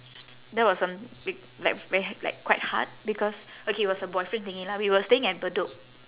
that was on b~ like very like quite hard because okay it was her boyfriend thingy lah we were staying at bedok